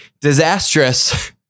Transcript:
disastrous